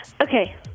Okay